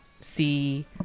see